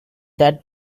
that